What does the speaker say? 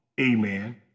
amen